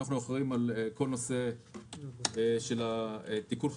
אנחנו אחראים על כל נושא תיקון החקיקה,